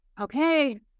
Okay